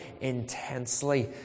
intensely